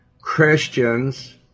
Christians